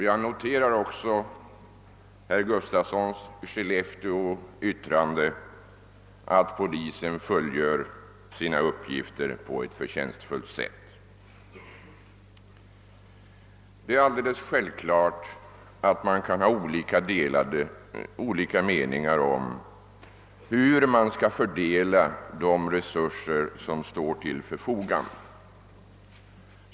Jag noterade också med glädje herr Gustafssons i Skellefteå uttalande att polisen fullgör sina uppgifter på ett förtjänstfullt sätt. Man kan givetvis ha olika meningar om fördelningen av de resurser som står till förfogande.